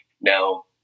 Now